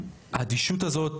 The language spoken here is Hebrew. האדישות הזאת,